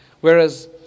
Whereas